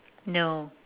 no